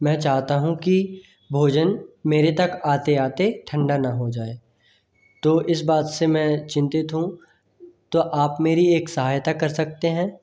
मैं चाहता हूँ कि भोजन मेरे तक आते आते ठंडा ना हो जाए तो इस बात से मैं चिंतित हूँ तो आप मेरी एक सहायता कर सकते हैं